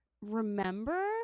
remember